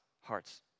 hearts